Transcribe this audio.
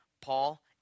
Paul